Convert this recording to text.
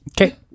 Okay